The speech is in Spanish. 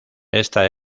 esta